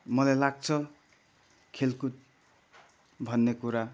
मलाई लाग्छ खेलकुद भन्ने कुरा